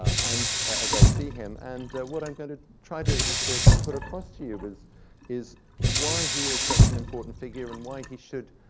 and as i see him. and what i'm going to try to to put across to you is is why he is such an important figure and why he should,